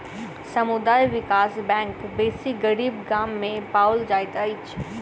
समुदाय विकास बैंक बेसी गरीब गाम में पाओल जाइत अछि